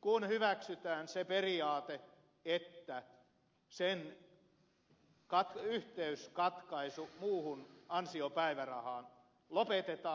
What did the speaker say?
kun hyväksytään se periaate että sen yhteys muuhun ansiopäivärahaan lopetetaan katkaistaan